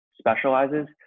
specializes